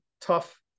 tough